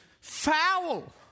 Foul